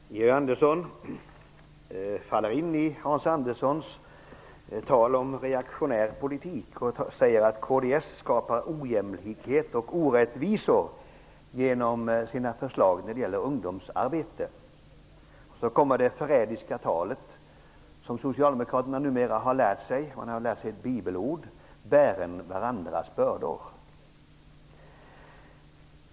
Herr talman! Georg Andersson faller in i Hans Anderssons tal om reaktionär politik och säger att kds skapar ojämlikhet och orättvisor genom sina förslag när det gäller ungdomsarbete. Så kommer det förrädiska tal som Socialdemokraterna nu har lärt sig. De har lärt sig ett Bibelord: Bären varandras bördor.